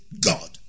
God